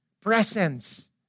presence